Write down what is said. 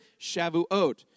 Shavuot